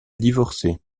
divorcer